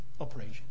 operation